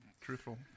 Truthful